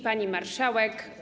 Pani Marszałek!